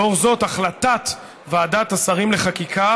לאור זאת, החלטת ועדת השרים לחקיקה